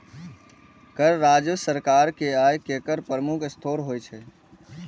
कर राजस्व सरकार के आय केर प्रमुख स्रोत होइ छै